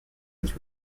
his